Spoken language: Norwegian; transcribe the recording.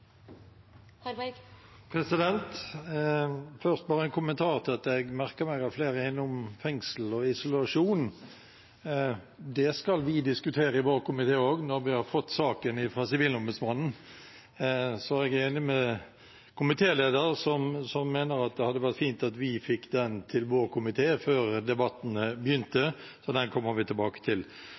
Jeg merker meg at flere er innom fengsel og isolasjon. Det skal vi diskutere også i vår komité når vi har fått saken fra Sivilombudsmannen, så jeg er enig med komitélederen, som mener at det hadde vært fint om vi fikk den til vår komité før debattene begynte – for den kommer vi tilbake til.